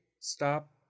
stop